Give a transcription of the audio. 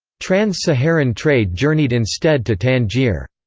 trans-saharan trade journeyed instead to tangier.